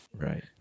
right